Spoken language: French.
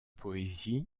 poésies